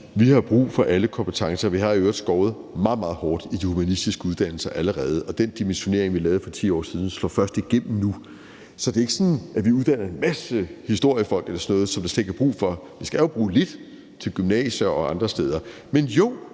Vi har brug for alle kompetencer. Vi har i øvrigt allerede skåret meget, meget hårdt i de humanistiske uddannelser allerede, og den dimensionering, vi lavede for 10 år siden, slår først igennem nu. Så det er ikke sådan, at vi uddanner en masse historiefolk eller sådan noget, som der så slet ikke er brug for. Vi skal jo bruge lidt til gymnasier og andre steder. Men jo,